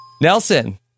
Nelson